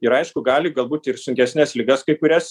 ir aišku gali galbūt ir sunkesnes ligas kai kurias